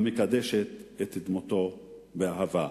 המקדשת את דמותו באהבה.